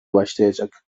başlayacak